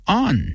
on